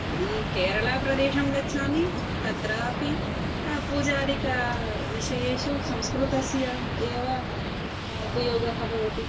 यदी केरलप्रदेशं गच्छामि तत्रापि पूजादिकविषयेषु संस्कृतस्य एव उपयोगः भवति